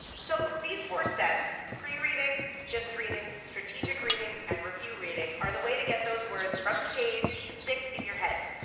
so these four steps pre-reading, gist reading, strategic reading and review reading are the way to get those words from the page to stick in your head.